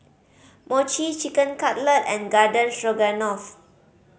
Mochi Chicken Cutlet and Garden Stroganoff